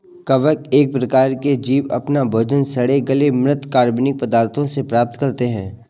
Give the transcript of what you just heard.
कवक एक प्रकार के जीव अपना भोजन सड़े गले म्रृत कार्बनिक पदार्थों से प्राप्त करते हैं